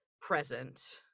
present